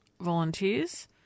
volunteers